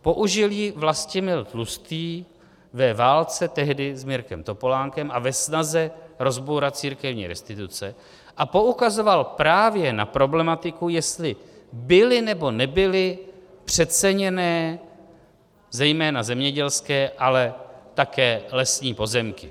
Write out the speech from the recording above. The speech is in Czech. Použil ji Vlastimil Tlustý ve válce tehdy s Mirkem Topolánkem a ve snaze rozbourat církevní restituce a poukazoval právě na problematiku, jestli byly, nebo nebyly přeceněné zejména zemědělské, ale také lesní pozemky.